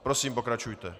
Prosím, pokračujte.